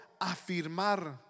afirmar